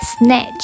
snatch